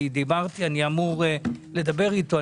אני אמור לדבר אתו.